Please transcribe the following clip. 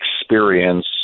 experience